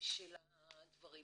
של הדברים